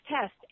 test